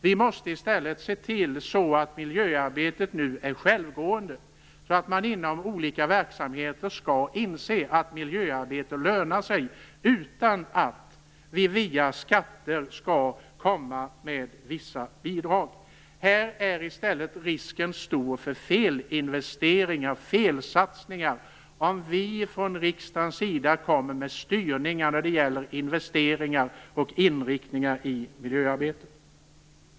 Vi måste i stället se till så att miljöarbetet blir självgående, så att olika verksamheter inser att miljöarbete lönar sig utan att vi via skatter kommer med vissa bidrag. Risken är stor för felinvesteringar och felsatsningar om vi från riksdagens sida kommer med styrningar när det gäller investeringar och inriktningen på miljöarbetet.